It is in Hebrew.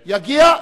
יגיע, יגיע.